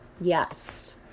Yes